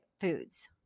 foods